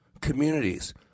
communities